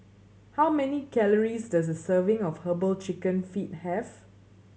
how many calories does a serving of Herbal Chicken Feet have